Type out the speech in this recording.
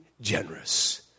generous